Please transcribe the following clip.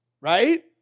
Right